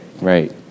right